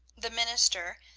the minister,